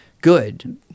good